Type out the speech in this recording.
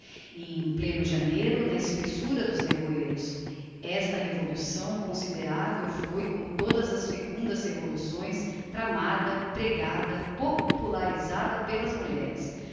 pall mall em pleno janeiro na espessura dos nevoeiros esta revolução consideravel foi como todas as fecundas revoluções tramada prégada popularisada pelas mulheres